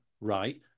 right